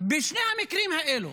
בשני המקרים האלה,